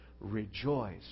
rejoice